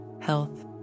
health